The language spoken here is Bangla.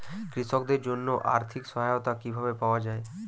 কৃষকদের জন্য আর্থিক সহায়তা কিভাবে পাওয়া য়ায়?